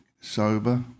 sober